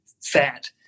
fat